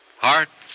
Hearts